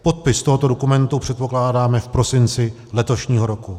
Podpis tohoto dokumentu předpokládáme v prosinci letošního roku.